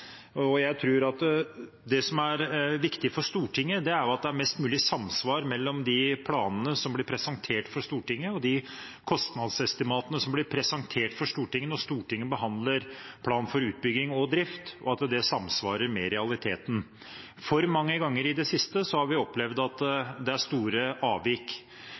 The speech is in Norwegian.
Det som er viktig for Stortinget, er at det er mest mulig samsvar mellom de planene som blir presentert for Stortinget, og de kostnadsestimatene som blir presentert for Stortinget når Stortinget behandler plan for utbygging og drift, og det som er realiteten. For mange ganger i det siste har vi opplevd store avvik. Det påfører samfunnet kostnader, og det innebærer problemstillinger knyttet til aktivitet som ikke er